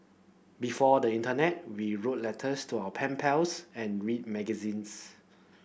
before the internet we wrote letters to our pen pals and read magazines